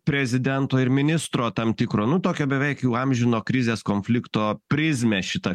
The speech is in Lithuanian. prezidento ir ministro tam tikro nu tokio beveik jau amžino krizės konflikto prizmę šitą